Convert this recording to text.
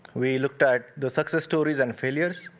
we looked at the success stories and failures,